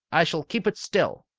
i shall keep it still.